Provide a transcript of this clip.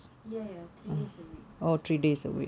ya ya three days a week ya